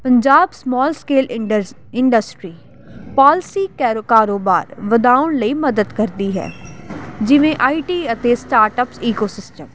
Punjab small scale indus industry policy ਕੈਰੋ ਕਾਰੋਬਾਰ ਵਧਾਉਣ ਲਈ ਮਦਦ ਕਰਦੀ ਹੈ ਜਿਵੇਂ ਆਈ ਟੀ ਅਤੇ ਸਟਾਰਟ ਅਪਸ ਈਕੋਸਿਸਟਮ